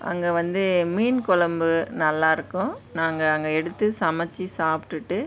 அங்கே வந்து மீன் கொழம்பு நல்லா இருக்கும் நாங்கள் அங்கே எடுத்து சமைச்சு சாப்பிட்டுட்டு